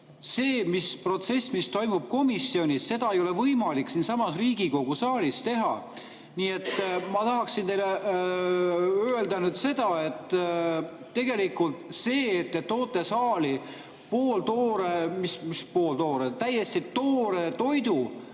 Seda protsessi, mis toimub komisjonis, ei ole võimalik siin Riigikogu saalis teha. Nii et ma tahaksin teile öelda, et tegelikult see, et te toote saali pooltoore – mis pooltoore, täiesti toore! – toidu